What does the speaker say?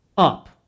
up